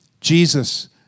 Jesus